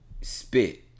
spit